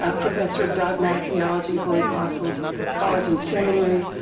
ah professor of dogmatic theology, holy apostles college and seminary,